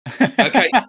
Okay